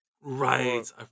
Right